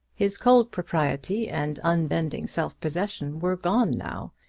his cold propriety and unbending self-possession were gone now,